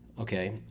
Okay